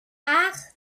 acht